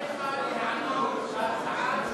איציק, אני קורא לך להיענות להצעה של,